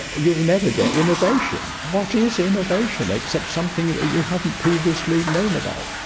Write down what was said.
you'll never get innovation. what is innovation except something that you haven't previously known about.